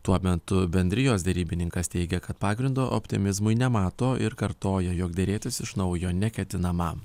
tuo metu bendrijos derybininkas teigia kad pagrindo optimizmui nemato ir kartoja jog derėtis iš naujo neketinama